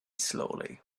slowly